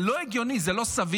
זה לא הגיוני, זה לא סביר.